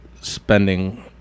spending